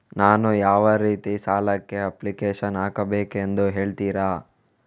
ನಾನು ಯಾವ ರೀತಿ ಸಾಲಕ್ಕೆ ಅಪ್ಲಿಕೇಶನ್ ಹಾಕಬೇಕೆಂದು ಹೇಳ್ತಿರಾ?